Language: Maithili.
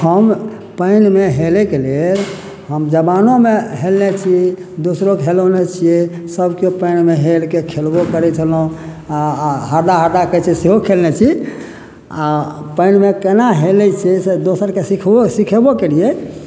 हम पानिमे हेलयके लेल हम जबानोमे हेलने छी दोसरो खेलौने छियै सबके पानिमे हेलके खेलबो करै छलहुॅं आ हरदा हरदा कहै छै सेहो खेलने छी आ पानिमे केना हेलै छियै से दोसरके सिखबो सीखेबो करियै